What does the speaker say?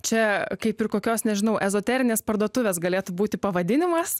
čia kaip ir kokios nežinau ezoterinės parduotuvės galėtų būti pavadinimas